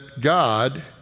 God